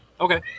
Okay